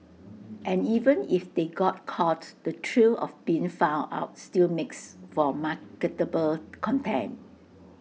and even if they got caught the thrill of being found out still makes for marketable content